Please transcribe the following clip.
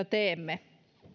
teemme